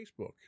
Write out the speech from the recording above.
Facebook